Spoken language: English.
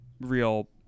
real